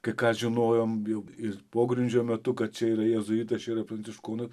kai ką žinojom jau ir pogrindžio metu kad čia yra jėzuitas čia yra pranciškonas